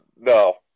No